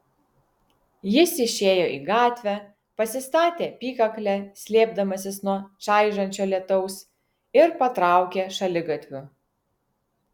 jis išėjo į gatvę pasistatė apykaklę slėpdamasis nuo čaižančio lietaus ir patraukė šaligatviu